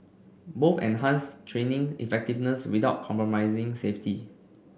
both enhanced training effectiveness without compromising safety